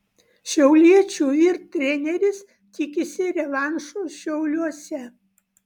šiauliečių vyr treneris tikisi revanšo šiauliuose